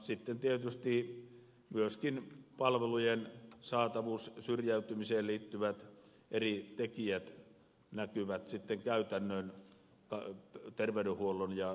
sitten tietysti myöskin palvelujen saatavuus ja eri syrjäytymiseen liittyvät tekijät näkyvät käytännön terveydenhuollon ja sydäntyönkin puolella